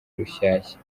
rushyashya